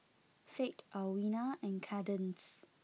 Fate Alwina and Kadence